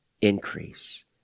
increase